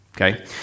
Okay